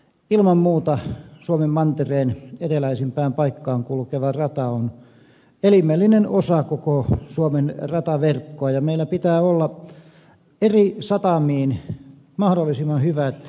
ilman muuta suomen mantereen eteläisimpään paikkaan kulkeva rata on elimellinen osa koko suomen rataverkkoa ja meillä pitää olla eri satamiin mahdollisimman hyvät ratayhteydet